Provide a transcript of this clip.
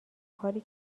کاری